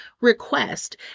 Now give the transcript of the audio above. request